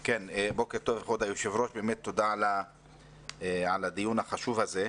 תודה, כבוד היושב-ראש, על הדיון החשוב הזה.